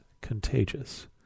contagious